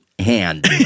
Hand